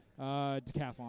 Decathlon